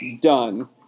done